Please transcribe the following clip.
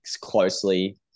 closely